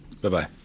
Bye-bye